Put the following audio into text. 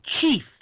chief